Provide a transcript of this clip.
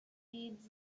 feeds